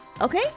Okay